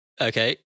Okay